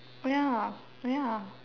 oh ya oh ya